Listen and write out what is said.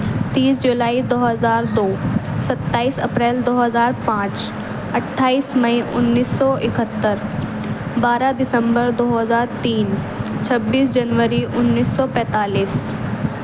تیس جولائی دو ہزار دو ستائیس اپریل دو ہزار پانچ اٹھائیس مئی انیس سو اکہتر بارہ دسمبر دو ہزار تین چھبیس جنوری انیس سو پیتالیس